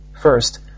First